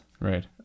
Right